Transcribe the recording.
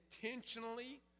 intentionally